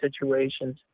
situations